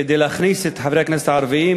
כדי להכניס את חברי הכנסת הערבים,